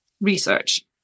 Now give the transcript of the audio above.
research